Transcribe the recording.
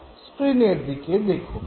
স্ক্রীনের দিকে দেখুন